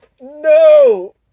no